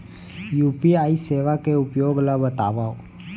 UPI सेवा के उपयोग ल बतावव?